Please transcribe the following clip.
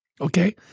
okay